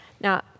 now